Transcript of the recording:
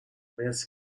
مرسی